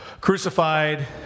crucified